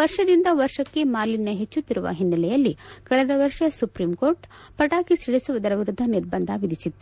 ವರ್ಷದಿಂದ ವರ್ಷಕ್ಕೆ ಮಾಲಿನ್ಯ ಹೆಚ್ಚುತ್ತಿರುವ ಒನ್ನೆಲೆಯಲ್ಲಿ ಕಳೆದ ವರ್ಷ ಸುಪ್ರೀಂ ಕೋರ್ಟ್ ಪಟಾಕಿ ಸಿಡಿಸುವುದರ ವಿರುದ್ಧ ನಿರ್ಬಂಧ ವಿಧಿಸಿತ್ತು